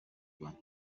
rwanda